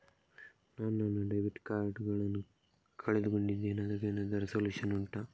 ನಾನು ನನ್ನ debit card ನ್ನು ಕಳ್ಕೊಂಡಿದ್ದೇನೆ ಅದಕ್ಕೇನಾದ್ರೂ ಸೊಲ್ಯೂಷನ್ ಉಂಟಾ